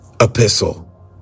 epistle